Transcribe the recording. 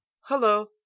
hello